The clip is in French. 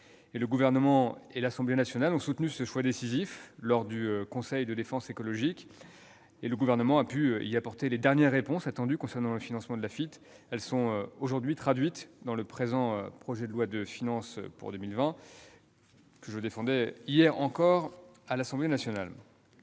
Le Gouvernement et l'Assemblée nationale ont soutenu ce choix décisif. Lors du conseil de défense écologique, le Gouvernement a apporté les dernières réponses attendues concernant le financement de l'Afitf ; elles trouvent leur traduction dans le projet de loi de finances pour 2020, que je défendais hier encore à l'Assemblée nationale.